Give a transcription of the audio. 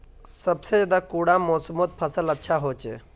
सबसे ज्यादा कुंडा मोसमोत फसल अच्छा होचे?